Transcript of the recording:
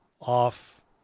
off